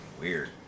weird